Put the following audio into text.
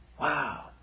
wow